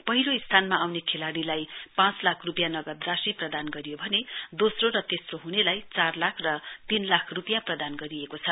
पहिलो स्थानमा आउने खेलाड़ीलाई पाँच लाख रुपियाँ नगदराशि प्रदान गरियो भने दोस्रो र तेस्रो हनेलाई चार लाख र तीन लाख रुपियाँ प्रदान गरिएको छ